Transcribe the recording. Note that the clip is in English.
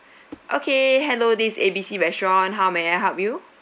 okay hello this A B C restaurant how may I help you